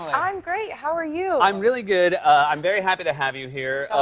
um i'm great. how are you? i'm really good. i'm very happy to have you here.